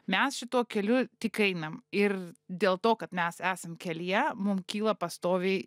mes šituo keliu tik einam ir dėl to kad mes esam kelyje mum kyla pastoviai